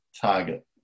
target